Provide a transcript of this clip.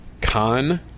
Khan